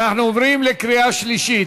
אנחנו עוברים לקריאה שלישית.